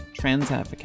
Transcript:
transadvocate